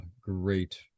great